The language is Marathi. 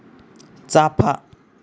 चाफा